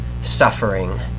suffering